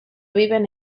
viven